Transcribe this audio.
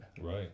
right